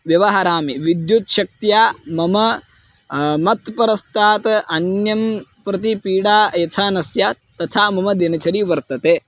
व्यवहरामि विद्युत्शक्तया मम मत्पुरस्तात् अन्यां प्रति पीडा यथा न स्यात् तथा मम दिनचरी वर्तते